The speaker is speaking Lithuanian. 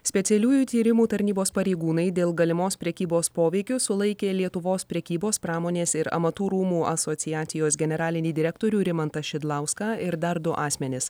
specialiųjų tyrimų tarnybos pareigūnai dėl galimos prekybos poveikiu sulaikė lietuvos prekybos pramonės ir amatų rūmų asociacijos generalinį direktorių rimantą šidlauską ir dar du asmenis